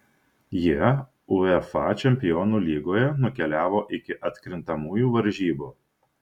jie uefa čempionų lygoje nukeliavo iki atkrintamųjų varžybų